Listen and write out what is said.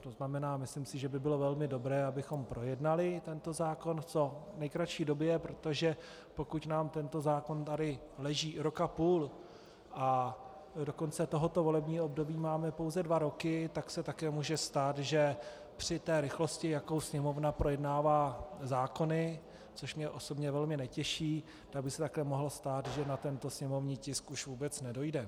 To znamená, myslím si, že by bylo velmi dobré, abychom projednali tento zákon v co nejkratší době, protože pokud nám tento zákon tady leží rok a půl a do konce tohoto volebního období máme pouze dva roky, tak se také může stát, že při té rychlosti, jakou Sněmovna projednává zákony, což mě osobně velmi netěší, tak by se také mohlo stát, že na tento sněmovní tisk už vůbec nedojde.